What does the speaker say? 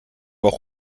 auch